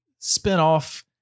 spinoff